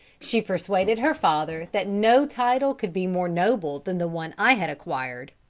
she persuaded her father that no title could be more noble than the one i had acquired,